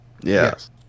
yes